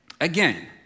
again